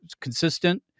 consistent